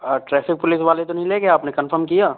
और traffic police वोले तो नहीं ले गए आपने कंफ़र्म किया